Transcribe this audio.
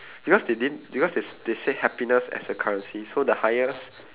because they didn't because they they say happiness as a currency so the highest